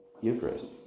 Eucharist